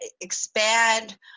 expand